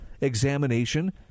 examination